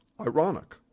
ironic